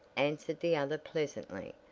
answered the other pleasantly,